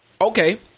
Okay